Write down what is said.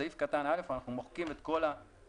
בסעיף קטן (א) אנחנו מוחקים את כל האלמנטים